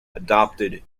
adopted